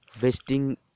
wasting